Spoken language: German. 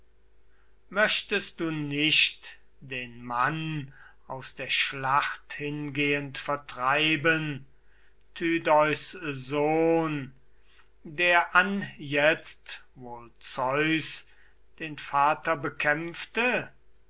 möchtest du nicht den mann aus der schlacht hingehend vertreiben tydeus sohn der anjetzt wohl zeus den vater bekämpfte